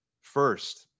first